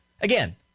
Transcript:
Again